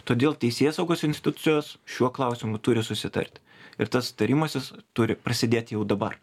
todėl teisėsaugos institucijos šiuo klausimu turi susitarti ir tas tarimasis turi prasidėti jau dabar